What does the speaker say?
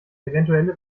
eventuelle